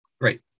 Great